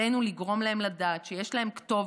עלינו לגרום להם לדעת שיש להם כתובת,